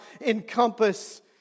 encompass